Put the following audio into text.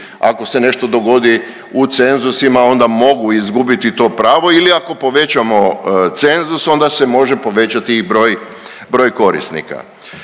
ako se ne što dogodi u cenzusima, onda mogu izgubiti to pravo ili ako povećamo cenzus, onda se može povećati i broj korisnika.